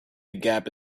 gap